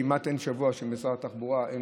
כמעט אין שבוע שלמשרד התחבורה אין